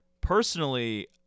Personally